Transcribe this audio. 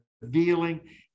revealing